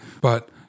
but-